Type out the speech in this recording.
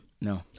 No